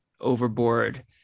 overboard